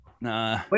Nah